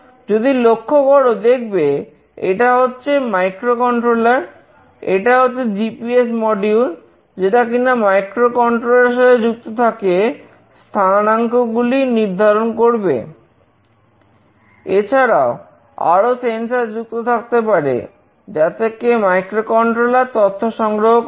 যদি লক্ষ্য করো দেখবে এটা হচ্ছে মাইক্রোকন্ট্রোলারতথ্য সংগ্রহ করবে